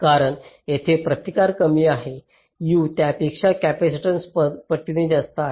कारण येथे प्रतिकार कमी आहे U त्यापेक्षा कॅपेसिटन्स पटीने जास्त आहे